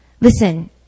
Listen